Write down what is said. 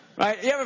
Right